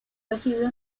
recibió